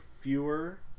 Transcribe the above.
fewer